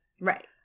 Right